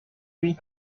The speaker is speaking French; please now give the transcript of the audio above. lui